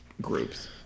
groups